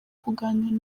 kuganira